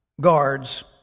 guards